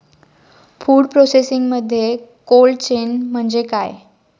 Food प्रोसेसिंगमध्ये cold chain म्हणजे काय?